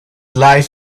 lies